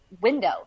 window